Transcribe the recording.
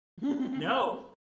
No